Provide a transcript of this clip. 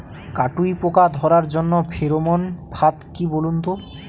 কাটুই পোকা ধরার জন্য ফেরোমন ফাদ কি বলুন তো?